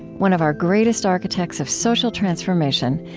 one of our greatest architects of social transformation,